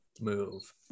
move